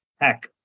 Heck